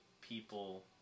people